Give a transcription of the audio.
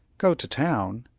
go to town!